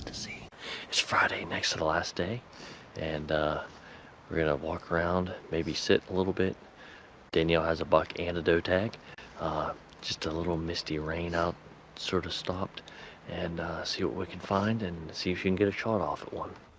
see it's friday next to the last day and we're gonna walk around babysitting a little bit danielle has a buck and a doe tag just a little misty rain out sort of stopped and see what we can find and see if you can get a shot off at one